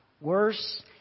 worse